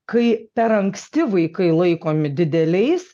kai per anksti vaikai laikomi dideliais